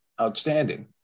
outstanding